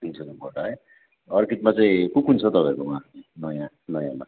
तिन सौ रुपियँ गोटा है अर्किडमा चाहिँ कुन कुन छ हौ तपाईँहरूकोमा नयाँ नयाँमा